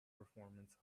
performance